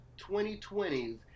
2020s